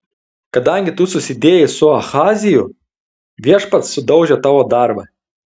kadangi tu susidėjai su ahaziju viešpats sudaužė tavo darbą